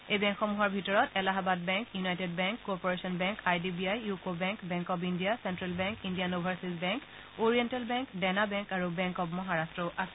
এই বেংকসমূহৰ ভিতৰত Allahabad bank united bank corporation bank I D B I UCO bank bank of India central bank Indian overseas bank oriental bank Dena bank আৰু bank of মহাৰাষ্ট্ৰও আছে